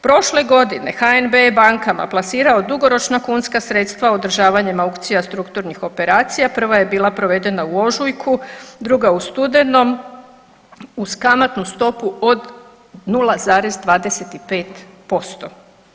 Prošle godine HNB je bankama plasirao dugoročna kunska sredstva održavanjem aukcija strukturnih operacija, prva je bila provedena u ožujku, druga u studenom uz kamatnu stopu od 0,25%